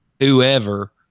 whoever